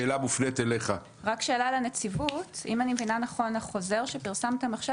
אם אני מבינה נכון החוזר שפרסמתם עכשיו